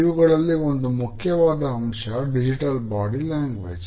ಇವುಗಳಲ್ಲಿ ಒಂದು ಮುಖ್ಯವಾದ ಅಂಶ ಡಿಜಿಟಲ್ ಬಾಡಿ ಲ್ಯಾಂಗ್ವೇಜ್